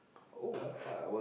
oh only pile